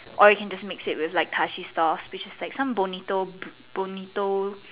or you can just mix it with dashi sauce which is like Bonito Bonito